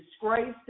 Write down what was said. disgraced